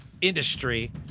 industry